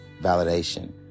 validation